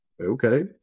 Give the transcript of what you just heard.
okay